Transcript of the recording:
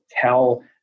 tell